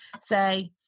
say